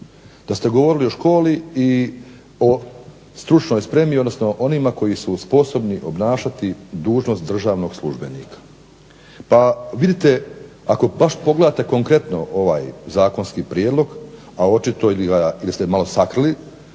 da ste govorili o školi i o stručnoj spremi, odnosno onima koji su sposobni obnašati dužnost državnog službenika. Pa vidite, ako baš pogledate konkretno ovaj zakonski prijedlog, a očito ili ste malo sakrili